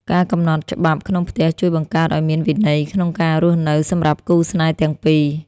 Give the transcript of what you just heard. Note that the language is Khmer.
ការកំណត់ច្បាប់ក្នុងផ្ទះជួយបង្កើតឲ្យមានវិន័យក្នុងការរស់នៅសម្រាប់គូស្នេហ៍ទាំងពីរ។